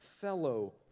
fellow